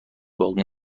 باقی